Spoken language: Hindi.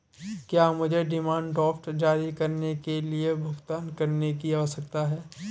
क्या मुझे डिमांड ड्राफ्ट जारी करने के लिए भुगतान करने की आवश्यकता है?